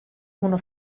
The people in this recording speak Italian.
uno